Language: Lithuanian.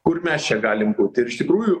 kur mes čia galim būt ir iš tikrųjų